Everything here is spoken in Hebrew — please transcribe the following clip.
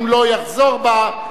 אם לא יחזור בו,